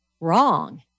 wrong